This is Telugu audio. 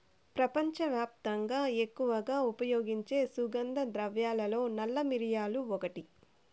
ప్రపంచవ్యాప్తంగా ఎక్కువగా ఉపయోగించే సుగంధ ద్రవ్యాలలో నల్ల మిరియాలు ఒకటి